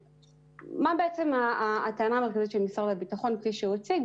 מה בעצם הטענה המרכזית של משרד הביטחון כפי שהוא הציג?